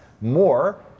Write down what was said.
more